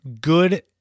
good